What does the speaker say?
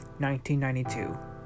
1992